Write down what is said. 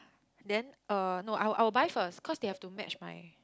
then uh no I will I will buy first cause they have to match my